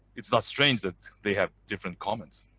it's not strange that they have different comments,